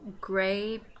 gray